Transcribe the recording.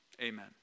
amen